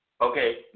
Okay